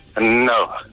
No